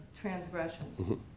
transgressions